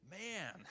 Man